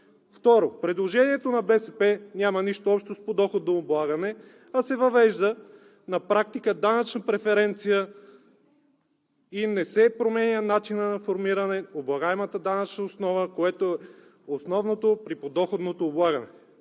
Второ, предложението на БСП няма нищо общо с подоходно облагане, а се въвежда на практика данъчна преференция и не се променя начинът на формиране облагаемата данъчна основа, което е основното при подоходното облагане.